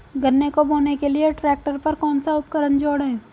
गन्ने को बोने के लिये ट्रैक्टर पर कौन सा उपकरण जोड़ें?